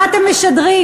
מה אתם משדרים?